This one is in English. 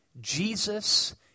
Jesus